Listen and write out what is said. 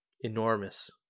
enormous